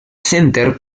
center